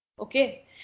Okay